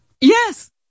Yes